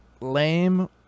lame